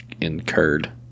incurred